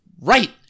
Right